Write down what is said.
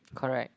correct